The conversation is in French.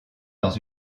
dans